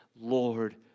Lord